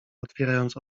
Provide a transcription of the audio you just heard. otwierając